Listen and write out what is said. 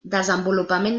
desenvolupament